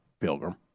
Pilgrim